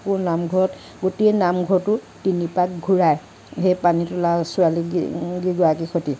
আকৌ নামঘৰত গোটেই নাম ঘৰটো তিনি পাক ঘূৰাই সেই পানী তোলা ছোৱালী কিগৰাকীৰ সৈতে